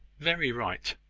very right.